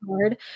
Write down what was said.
hard